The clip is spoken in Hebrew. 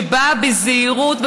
ובאה בזהירות,